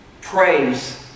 praise